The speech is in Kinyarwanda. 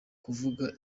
kuvuga